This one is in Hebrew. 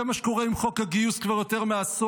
זה מה שקורה עם חוק הגיוס כבר יותר מעשור,